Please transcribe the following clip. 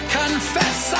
confess